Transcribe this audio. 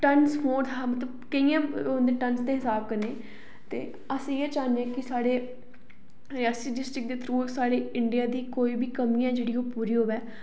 tons मतलब केइयें टनस दे हिसाब कन्नै ते अस इयै चाहन्ने आं कि साढ़े रियासी डिस्ट्रिक्ट थ्रू साढ़ी इंडियां दी कोई बी कमी ऐ जेहड़ी ओह् पूरी होवे